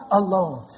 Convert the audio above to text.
alone